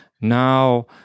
now